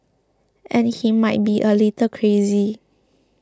and he might be a little crazy